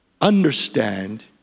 understand